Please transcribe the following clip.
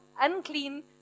unclean